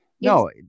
no